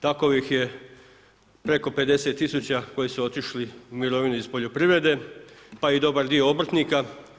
Takvih je preko 50 tisuća koje su otišli u mirovinu iz poljoprivrede, pa i dobar dio obrtnika.